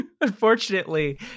Unfortunately